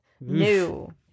new